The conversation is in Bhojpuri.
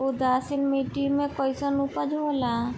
उदासीन मिट्टी में कईसन उपज होला?